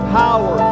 power